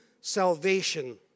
salvation